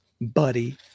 buddy